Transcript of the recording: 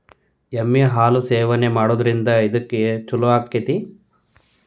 ಎಮ್ಮಿ ಹಾಲು ಸೇವನೆ ಮಾಡೋದ್ರಿಂದ ಎದ್ಕ ಛಲೋ ಆಕ್ಕೆತಿ?